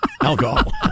Alcohol